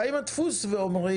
באים אנשי הדפוס ואומרים: